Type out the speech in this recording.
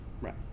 Right